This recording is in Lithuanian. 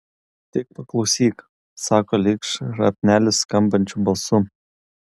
tik paklausyk sako lyg šrapnelis skambančiu balsu